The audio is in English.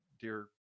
dear